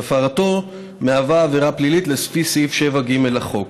שהפרתו מהווה עבירה פלילית לפי סעיף 7ג לחוק.